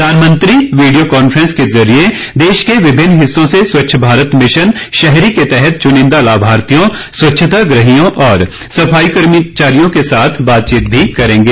प्रधानमंत्री video conference के जरिए देश के विभिन्न हिस्सों से स्वच्छ भारत मिशन शहरी के तहत चुनिंदा लाभार्थियों स्वच्छताग्रहियों और सफाईकर्मियों के साथ बातचीत भी करेंगे